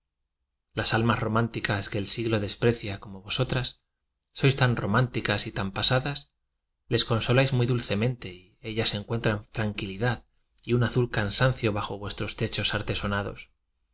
al mas románticas que el siglo desprecia como vosotras sois tan románticas y tan pasadas les consoláis muy dulcemente y ellas encuentran tranquilidad y un azul can sancio bajo vuestros techos artesonados